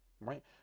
right